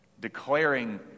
declaring